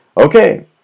Okay